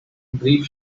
grief